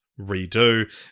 redo